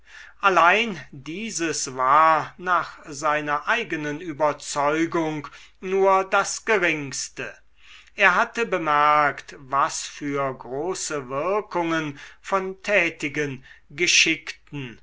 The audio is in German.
allein dieses war nach seiner eigenen überzeugung nur das geringste er hatte bemerkt was für große wirkungen von tätigen geschickten